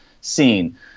seen